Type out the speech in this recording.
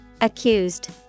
Accused